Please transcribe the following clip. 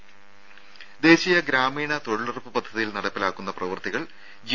ദേദ ദേശീയ ഗ്രാമീണ തൊഴിലുറപ്പ് പദ്ധതിയിൽ നടപ്പിലാക്കുന്ന പ്രവൃത്തികൾ ജി